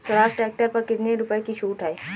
Swaraj tractor पर कितनी रुपये की छूट है?